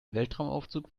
weltraumaufzug